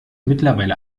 mittlerweile